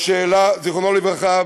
זיכרונו לברכה,